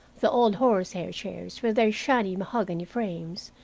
the old horsehair chairs, with their shiny mahogany frames,